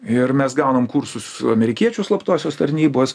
ir mes gaunam kursus amerikiečių slaptosios tarnybos